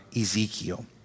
Ezekiel